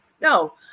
No